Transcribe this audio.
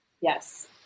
Yes